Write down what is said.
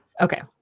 okay